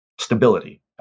Stability